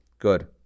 Good